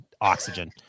oxygen